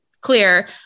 clear